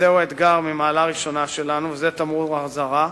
וזהו אתגר ממעלה ראשונה שלנו וזה תמרור אזהרה,